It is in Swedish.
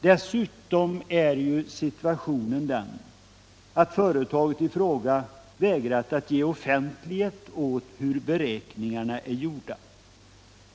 Dessutom är ju situationen den, att företaget i fråga vägrat ge offentlighet åt hur beräkningarna är gjorda.